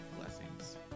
blessings